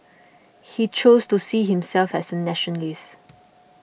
he chose to see himself as a nationalist